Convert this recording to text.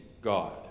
God